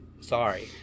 Sorry